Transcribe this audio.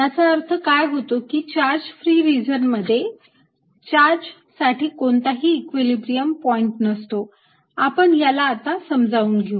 याचा अर्थ काय होतो की चार्ज फ्री रिजन मध्ये चार्ज साठी कोणताही इक्विलिब्रियम पॉईंट नसतो आपण याला आता समजावून घेऊ